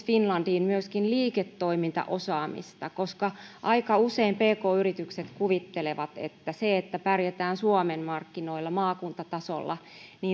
finlandiin myöskin liiketoimintaosaamista koska aika usein pk yritykset kuvittelevat että se että pärjätään suomen markkinoilla maakuntatasolla